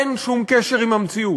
אין שום קשר למציאות,